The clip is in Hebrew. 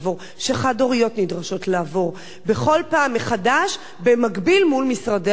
שחד-הוריות נדרשות לעבור בכל פעם מחדש במקביל מול משרדי הממשלה.